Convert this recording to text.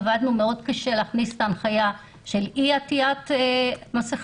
עבדנו מאוד קשה להכניס את ההנחיה של אי עטיית מסכה,